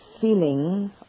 feeling